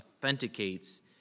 authenticates